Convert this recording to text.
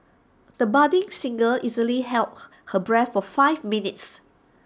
the budding singer easily held her breath for five minutes